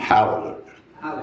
Hallelujah